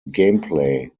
gameplay